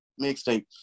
mixtape